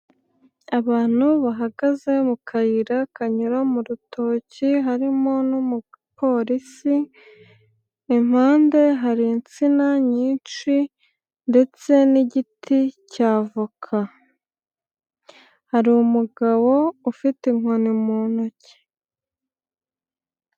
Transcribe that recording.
Abantu bahagaze mu kayira kanyura mu rutoki harimo n'umupolisi, impande hari insina nyinshi ndetse n'igiti cya avoka, hari umugabo ufite inkoni mu ntoki.